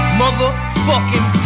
motherfucking